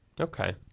Okay